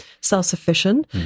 self-sufficient